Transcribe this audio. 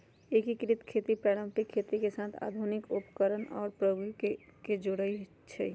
एकीकृत खेती पारंपरिक खेती के साथ आधुनिक उपकरणअउर प्रौधोगोकी के जोरई छई